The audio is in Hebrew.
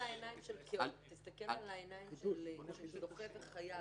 תסתכל מהעיניים של זוכה וחייב.